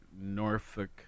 Norfolk